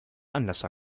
anlasser